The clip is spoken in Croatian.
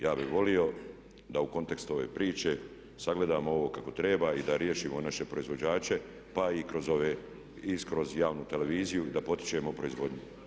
Ja bih volio da u kontekstu ove priče sagledamo ovo kako treba i da riješimo naše proizvođače, pa i kroz javnu televiziju da potičemo proizvodnju.